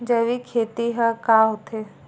जैविक खेती ह का होथे?